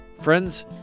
friends